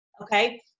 Okay